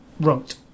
wrote